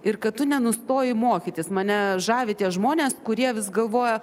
ir kad tu nenustoji mokytis mane žavi tie žmonės kurie vis galvoja